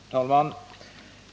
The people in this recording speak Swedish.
Herr talman!